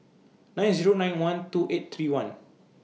nine Zero nine one two eight three one